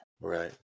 right